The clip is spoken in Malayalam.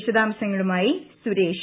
വിശദാംശങ്ങളുമായി സുരേഷ്